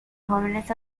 jóvenes